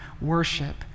worship